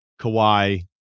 Kawhi